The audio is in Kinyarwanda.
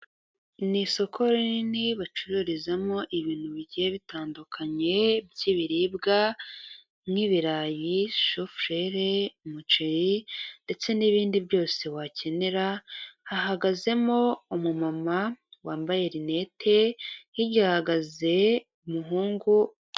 Ni isoko rinini bacururizamo ibintu bigiye bitandukanye by'ibiribwa nk'ibirayi, shufurere, umuceri ndetse n'ibindi byose wakenera, hahagazemo umu mama wambaye rinete, hirya hahagaze umuhungu.